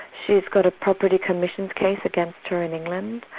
she's got a property commissions case against her in england,